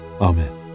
Amen